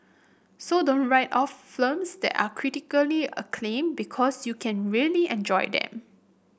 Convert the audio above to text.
so don't write off films that are critically acclaimed because you can really enjoy them